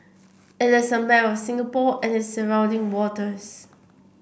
it is a map of Singapore it is surrounding waters